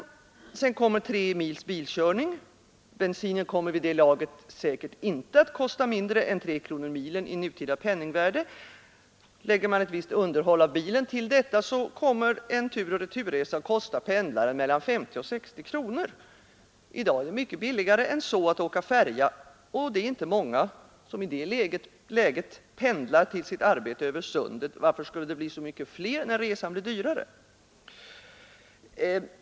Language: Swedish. Därtill kommer 3 mils bilkörning, och bensinen kommer vid det laget säkert inte att kosta mindre än 3 kronor milen i nutida penningvärde. Lägger man därtill ett visst underhåll av bilen, så kommer en turoch returresa att kosta pendlaren 50—60 kronor. Det är mycket billigare att åka färja i dag, och det är inte många som i det läget pendlar till sitt arbete över sundet. Varför skulle det bli så mycket fler, när resan blir dyrare?